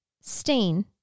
stain